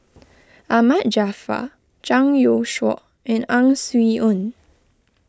Ahmad Jaafar Zhang Youshuo and Ang Swee Aun